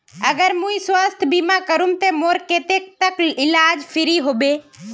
अगर मुई स्वास्थ्य बीमा करूम ते मोर कतेक तक इलाज फ्री होबे?